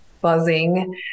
buzzing